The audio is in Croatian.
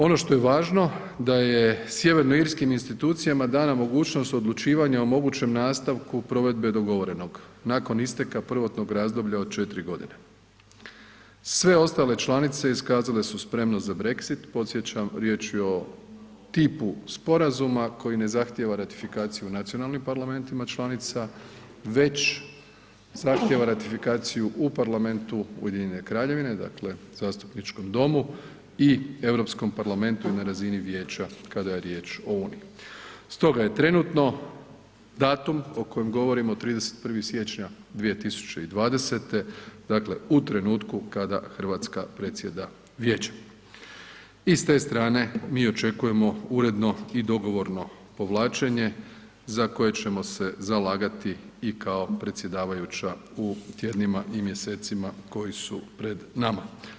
Ono što je važno, da je sjeverno irskim institucijama dana mogućnost odlučivanja o mogućem nastavku provedbe dogovorenog nakon isteka prvotnog razdoblja od 4 godine. sve ostale članice iskazale su spremnost za Brexit, podsjećam, riječ je o tipu sporazuma koji ne zahtijeva ratifikaciju u nacionalnim parlamentima članica već zahtijeva ratifikaciju u parlamentu Ujedinjene Kraljevine, dakle Zastupničkom domu i Europskom parlamentu na razini vijeća kada je riječ o Uniji stoga je trenutno datum o kojem govorimo 31. siječnja 2020., dakle u trenutku kada Hrvatska predsjedava vijećem i s te strane mi očekujemo uredno i dogovorno povlačenje za koje ćemo se zalagati i kao predsjedavajuća u tjednima i mjesecima koji su pred nama.